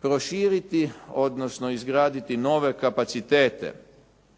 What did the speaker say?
Proširiti, odnosno izgraditi nove kapacitete